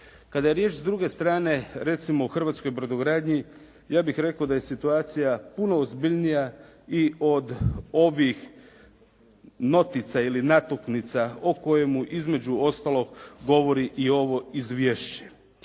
Kada je riječ s druge strane recimo u Hrvatskoj brodogradnji, ja bih rekao da je situacija puno ozbiljnija i od ovih notica, ili natuknica o kojemu između ostaloga govori i ovo izvješće.